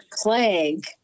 Plague